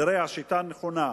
נראה אם השיטה נכונה?